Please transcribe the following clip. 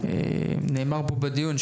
נאמר פה בדיון,